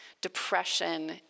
depression